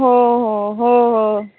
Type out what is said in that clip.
हो हो हो हो